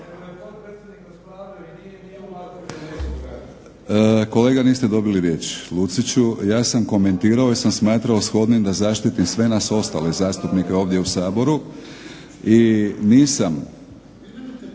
Kolega niste dobili riječ Luciću. Ja sam komentirao jer sam smatrao shodnim da zaštitim sve nas ostale zastupnike ovdje u Saboru. I nisam,